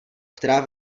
která